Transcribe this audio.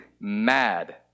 mad